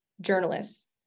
journalists